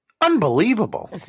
Unbelievable